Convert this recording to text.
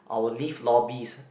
our lift lobbies